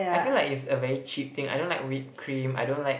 I feel like it's a very cheap thing I don't like whipped cream I don't like